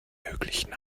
möglichen